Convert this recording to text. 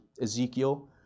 Ezekiel